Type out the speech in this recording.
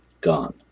gone